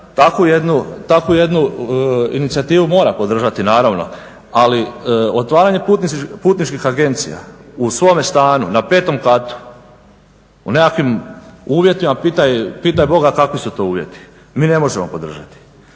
takvu jednu inicijativu mora podržati naravno. Ali otvaranje putničkih agencija u svome stanu na petom katu u nekakvim uvjetima pitaj Boga kakvi su to uvjeti mi ne možemo podržati.